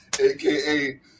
AKA